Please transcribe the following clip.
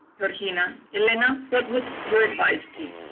georgina elena, what would your advice be?